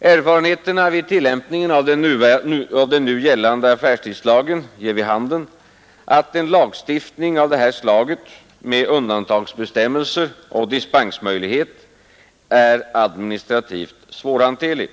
Erfarenheterna vid tillämpningen av den nu gällande affärstidslagen ger vid handen att en lagstiftning av detta slag med undantagsbestämmelser och dispensmöjlighet är administrativt svårhanterlig.